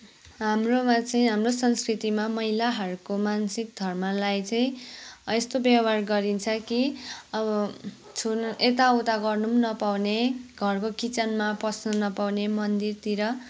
हाम्रोमा चाहिँ हाम्रो संस्कृतिमा महिलाहरूको मासिक धर्मलाई चाहिँ यस्तो व्यवहार गरिन्छ कि अब छुनु यता उता गर्न पनि नपाउने घरको किचनमा पस्न नपाउने मन्दिरतिर